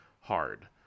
hard